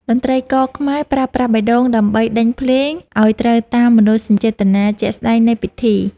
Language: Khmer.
តន្ត្រីករខ្មែរប្រើប្រាស់បេះដូងដើម្បីដេញភ្លេង ឱ្យត្រូវតាមមនោសញ្ចេតនាជាក់ស្ដែងនៃពិធី។